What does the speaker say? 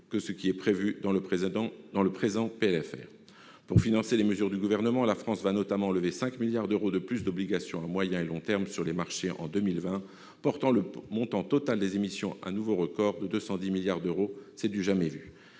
que ce qui est prévu dans le présent texte. Pour financer les mesures du Gouvernement, la France va notamment lever 5 milliards d'euros de plus d'obligations à moyen et long terme sur les marchés en 2020, portant le montant total des émissions à un nouveau record de 210 milliards d'euros. C'est du jamais vu